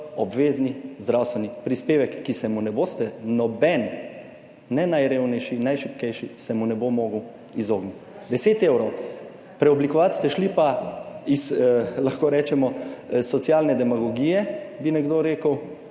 obvezni zdravstveni prispevek, ki se mu ne boste noben, ne najrevnejši, najšibkejši se mu ne bo mogel izogniti. 10 evrov. Preoblikovati ste šli pa iz, lahko rečemo, socialne demagogije, bi nekdo rekel,